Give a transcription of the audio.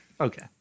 Okay